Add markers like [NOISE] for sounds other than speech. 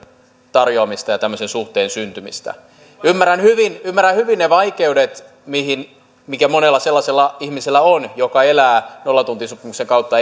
tarjoamista ja tämmöisen suhteen syntymistä ymmärrän hyvin ymmärrän hyvin ne vaikeudet mitä on monella sellaisella ihmisellä joka elää nollatuntisopimuksen kautta [UNINTELLIGIBLE]